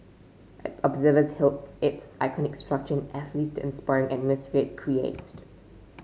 observers hailed its iconic structure and athletes the inspiring atmosphere it creates